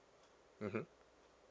mmhmm